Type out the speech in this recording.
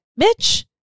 bitch